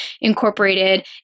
incorporated